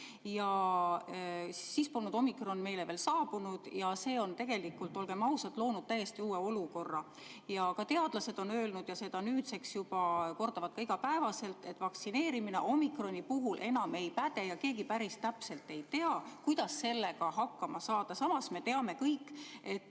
Siis polnud omikron meile veel saabunud. See [tüvi] on, olgem ausad, loonud täiesti uue olukorra. Ka teadlased on seda öelnud ja nüüd kordavad juba iga päev, et vaktsineerimine omikroni puhul enam ei päde ja keegi päris täpselt ei tea, kuidas sellega hakkama saada. Samas me teame kõik, et